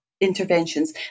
interventions